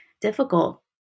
difficult